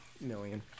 million